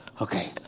Okay